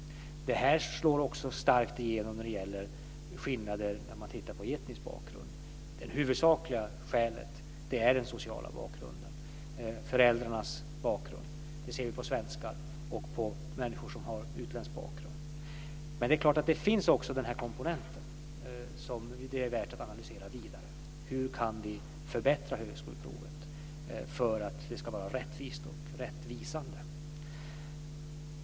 Det här slår också starkt igenom när man tittar på skillnader när det gäller etnisk bakgrund. Det huvudsakliga skälet är den sociala bakgrunden, föräldrarnas bakgrund. Det ser vi på svenskar och på människor som har utländsk bakgrund. Men det är klart att den här komponenten också finns. Det är värt att analysera vidare hur vi kan förbättra högskoleprovet för att det ska vara rättvist och rättvisande.